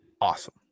awesome